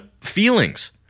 feelings